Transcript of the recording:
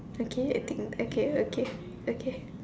okay okay okay okay okay